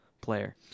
player